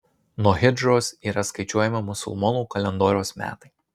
nuo hidžros yra skaičiuojami musulmonų kalendoriaus metai